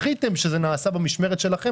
חבל שזה לא התבצע,